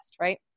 right